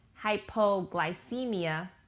hypoglycemia